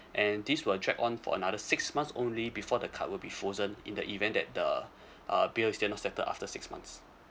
and this will drag on for another six months only before the card will be frozen in the event that the uh bills is still not settled after six months